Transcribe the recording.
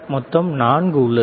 மொத்தம் நான்கு உள்ளது